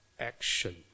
action